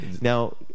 Now